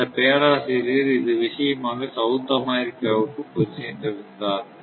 அந்தப் பேராசிரியர் இது விஷயமாக சவுத் அமெரிக்காவுக்கு சென்றிருந்தார்